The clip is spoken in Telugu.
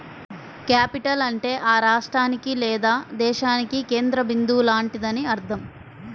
క్యాపిటల్ అంటే ఆ రాష్ట్రానికి లేదా దేశానికి కేంద్ర బిందువు లాంటిదని అర్థం